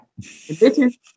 Bitches